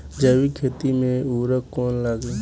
जैविक खेती मे उर्वरक कौन लागी?